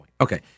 Okay